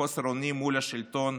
בחוסר אונים מול השלטון,